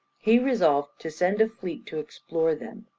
he resolved to send a fleet to explore them,